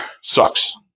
sucks